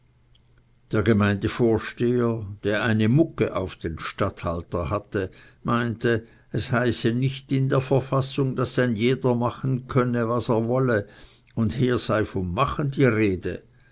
der gemeindvorsteher der eine mugge auf den statthalter hatte meinte es heiße nicht in der verfassung daß ein jeder machen könne was er wolle und hier sei von machen die rede